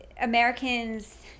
Americans